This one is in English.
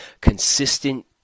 consistent